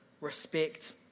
respect